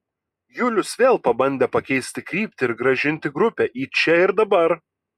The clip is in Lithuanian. julius vėl pabandė pakeisti kryptį ir grąžinti grupę į čia ir dabar